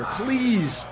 please